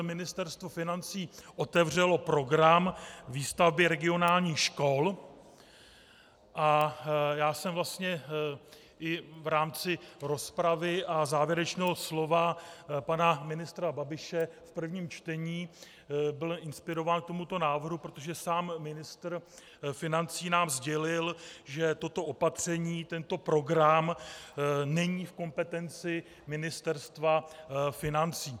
Ministerstvo financí otevřelo program výstavby regionálních škol a já jsem vlastně byl i v rámci rozpravy a závěrečného slova pana ministra Babiše v prvním čtení inspirován k tomuto návrhu, protože sám ministr financí nám sdělil, že toto opatření, tento program, není v kompetenci Ministerstva financí.